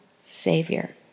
Savior